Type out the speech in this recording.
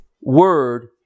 word